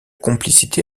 complicité